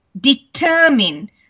determine